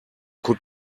could